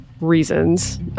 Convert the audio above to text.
reasons